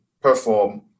perform